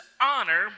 Honor